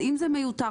אם זה מיותר,